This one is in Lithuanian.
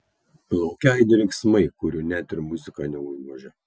lauke aidi riksmai kurių net ir muzika neužgožia